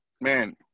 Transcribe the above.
man